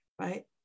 right